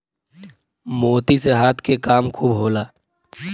मोती से हाथ के काम खूब होला